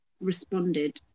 responded